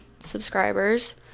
subscribers